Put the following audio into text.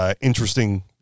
interesting